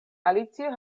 alicio